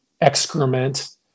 excrement